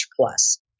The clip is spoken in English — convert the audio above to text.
plus